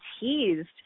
teased